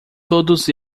todos